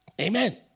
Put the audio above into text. Amen